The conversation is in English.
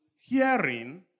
hearing